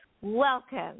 Welcome